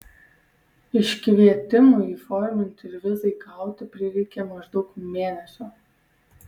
iškvietimui įforminti ir vizai gauti prireikė maždaug mėnesio